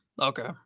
okay